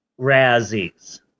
Razzies